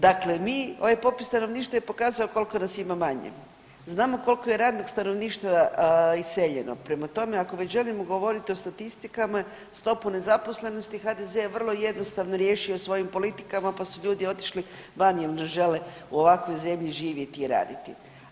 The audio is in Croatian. Dakle, ovaj popis stanovništva je pokazao koliko nas ima manje, znamo koliko je radnog stanovništva iseljeno, prema tome ako već želimo govoriti o statistikama stopu nezaposlenosti HDZ je vrlo jednostavno riješio svojim politikama pa su ljudi otišli vani jer ne žele u ovakvoj zemlji živjeti i raditi.